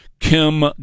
Kim